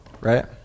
right